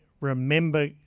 remember